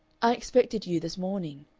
i expected you this morning,